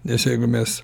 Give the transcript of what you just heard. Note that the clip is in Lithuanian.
nes jeigu mes